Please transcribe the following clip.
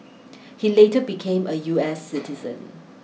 he later became a U S citizen